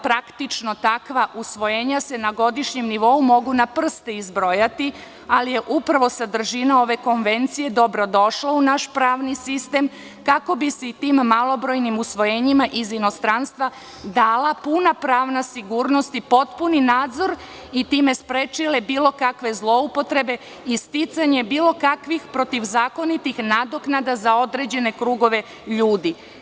Praktično, takva usvojenja se na godišnjem nivou mogu na prste izbrojati, ali je upravo sadržina ove konvencije dobrodošla u naš pravni sistem, kako bi se i tim malobrojnim usvojenjima iz inostranstva dala puna pravna sigurnost i potpuni nadzor i time sprečile bilo kakve zloupotrebe i sticanje bilo kakvih protivzakonitih nadoknada za određene krugove ljudi.